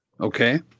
Okay